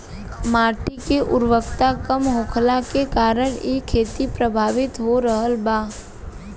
माटी के उर्वरता कम होखला के कारण इ खेती प्रभावित हो रहल बा